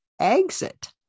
exit